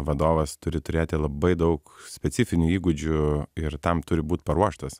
vadovas turi turėti labai daug specifinių įgūdžių ir tam turi būt paruoštas